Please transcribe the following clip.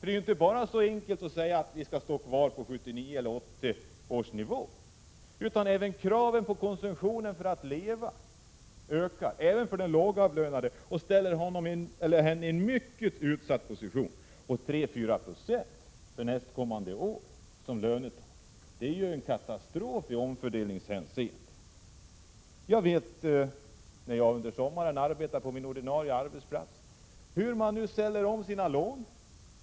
Det är inte så enkelt att man bara kan säga att vi skall stå kvar på 1979 eller 1980 års nivå, utan kraven på konsumtion för att leva ökar även för den lågavlönade och ställer honom eller henne i en mycket utsatt position. 3-4 90 som lönetak för nästkommande år är ju en katastrof i omfördelningshänseende! När jag under sommaren arbetade på min ordinarie arbetsplats fick jag veta hur man ställde om sina lån.